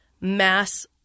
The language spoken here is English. mass